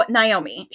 Naomi